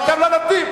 ואתם לא נותנים.